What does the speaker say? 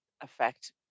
affect